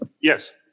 Yes